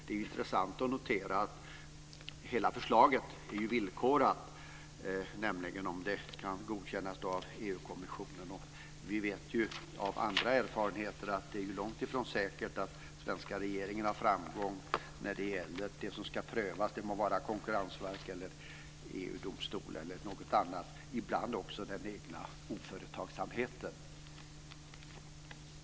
Det är intressant att notera att hela förslaget är villkorat, dvs. om det kan godkännas av EU kommissionen. Vi vet av andra erfarenheter att det är långt ifrån säkert att svenska regeringen har framgång med det som ska prövas. Det må vara konkurrensverk, EU-domstol eller något annat. Ibland handlar det också om den egna oföretagsamheten.